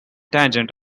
tangent